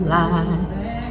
life